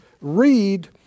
read